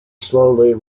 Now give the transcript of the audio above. slowly